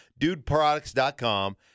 Dudeproducts.com